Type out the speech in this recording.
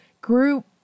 group